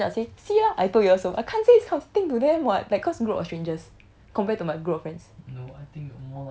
but you think in a group of strangers I'll say see lah I told you all so I can't say this kind of thing to them [what] that cause group of strangers compared to my group of friends